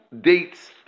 dates